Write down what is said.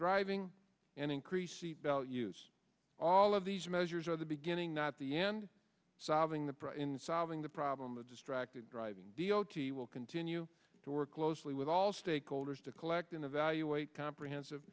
driving and increase seatbelt use all of these measures are the beginning not the end solving the problem in solving the problem of distracted driving d o t will continue to work closely with all stakeholders to collect and evaluate comprehensive